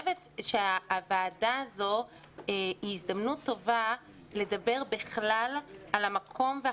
הוועדה הזאת היא הזדמנות טובה לדבר בכלל על המקום ועל